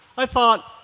i thought,